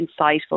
insightful